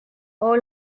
aux